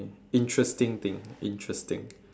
interesting thing interesting